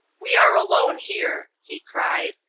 we are alone here, he cried,